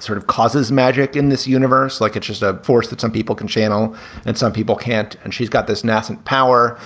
sort of causes magic in this universe. like it's just a force that some people can channel and some people can't. and she's got this nascent power.